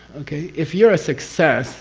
okay? if you're a success